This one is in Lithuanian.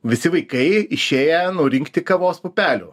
visi vaikai išėję nurinkti kavos pupelių